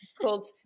called